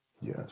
yes